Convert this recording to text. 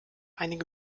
einige